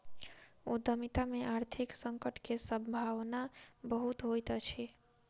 उद्यमिता में आर्थिक संकट के सम्भावना बहुत होइत अछि